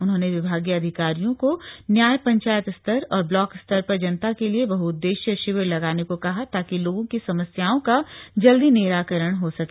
उन्होंने विभागीय अधिकारियों को न्याय पंचायत स्तर और ब्लॉक स्तर पर जनता के लिए बहउददेश्यीय शिविर लगाने को कहा ताकि लोगों की समस्याओं का जल्दी निराकरण हो सके